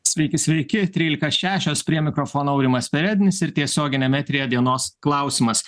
sveiki sveiki trylika šešios prie mikrofono aurimas perednis ir tiesioginiame eteryje dienos klausimas